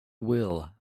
will